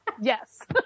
yes